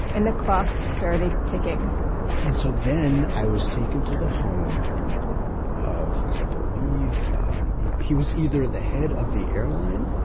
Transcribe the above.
and the clock started ticking and so then, i was taken to the home of, i believe he was either the head of the airline,